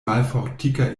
malfortika